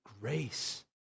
grace